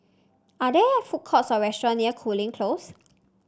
are there food courts or restaurant near Cooling Close